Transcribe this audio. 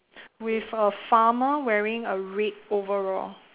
with a farmer wearing a red overall